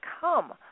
come